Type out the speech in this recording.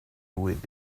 with